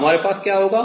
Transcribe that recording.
हमारे पास क्या होगा